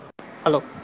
hello